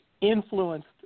influenced